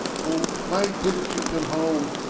oh, why didn't you come home?